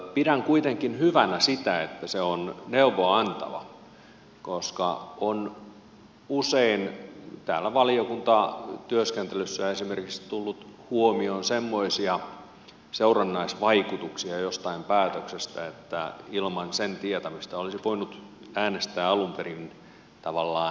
pidän kuitenkin hyvänä sitä että se on neuvoa antava koska on usein esimerkiksi täällä valiokuntatyöskentelyssä tullut huomioon semmoisia seurannaisvaikutuksia jostain päätöksestä että ilman sen tietämistä olisi voinut äänestää alun perin tavallaan väärin